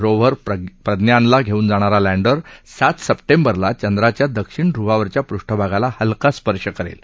Rover प्रज्ञानला घेऊन जाणारा लॅण्डर सात सर्प विरला चंद्राच्या दक्षिण ध्रुवावरच्या पृष्ठभागाला हलका स्पर्श करेल